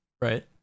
right